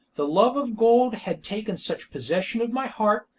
the love of gold had taken such possession of my heart,